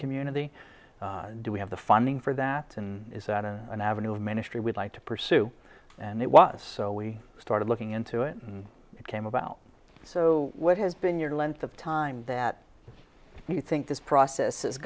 community do we have the funding for that and is that a an avenue of ministry we'd like to pursue and it was so we started looking into it and it came about so what has been your length of time that you think this process has